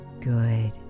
Good